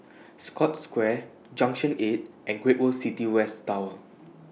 Scotts Square Junction eight and Great World City West Tower